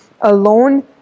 alone